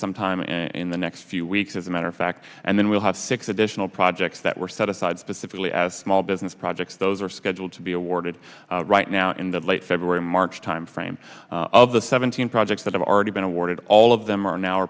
sometime in the next few weeks as a matter of fact and then we'll have six additional projects that were set aside specifically as small business projects those are scheduled to be awarded right now in the late february march timeframe of the seventeen projects that have already been awarded all of them are now a